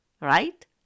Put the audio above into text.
Right